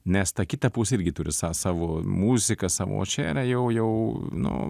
nes ta kita pusė irgi turi sa savo muziką savo o čia yra jau jau nu